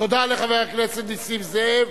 תודה לחבר הכנסת נסים זאב.